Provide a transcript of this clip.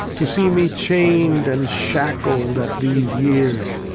to see me chain' d and shackled at these years!